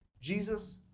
Jesus